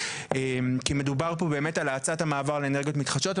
כי מדובר פה באמת על האצת המעבר לאנרגיות מתחדשות,